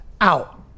out